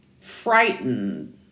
frightened